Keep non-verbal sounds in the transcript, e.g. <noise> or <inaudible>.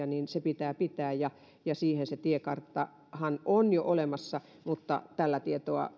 <unintelligible> niin se pitää pitää ja ja se tiekarttahan siihen on jo olemassa mutta tällä tietoa